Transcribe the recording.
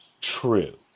true